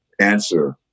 answer